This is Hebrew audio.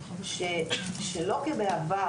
שלא כבעבר,